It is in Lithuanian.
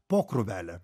po krūvelę